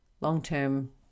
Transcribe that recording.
long-term